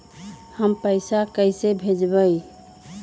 हम पैसा कईसे भेजबई?